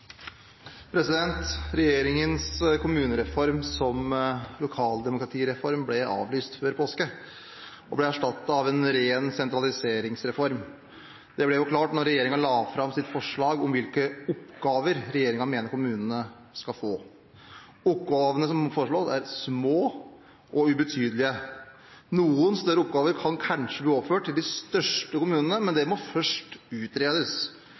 ble erstattet av en ren sentraliseringsreform. Det ble klart da regjeringen la fram sitt forslag om hvilke oppgaver regjeringen mener kommunene skal få. Oppgavene som er foreslått, er små og ubetydelige. Noen større oppgaver kan kanskje bli overført til de største kommunene, men det må først utredes.